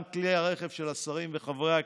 גם כלי הרכב של השרים וחברי הכנסת,